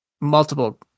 multiple